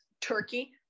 Turkey